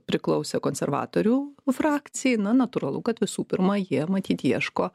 priklausė konservatorių frakcijai na natūralu kad visų pirma jie matyt ieško